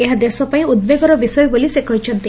ଏହା ଦେଶ ପାଇଁ ଉଦ୍ବେଗର ବିଷୟ ବୋଲି ସେ କହିଚ୍ଚନ୍ତି